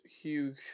huge